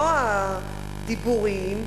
לא הדיבוריים,